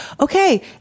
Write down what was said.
okay